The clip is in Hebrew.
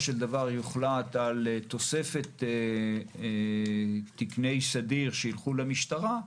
של דבר יוחלט על תוספת תקני סדיר שילכו למשטרה,